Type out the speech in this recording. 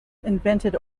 invented